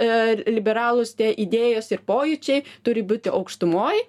ir liberalūs te idėjos ir pojūčiai turi būti aukštumoj